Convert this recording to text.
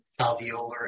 alveolar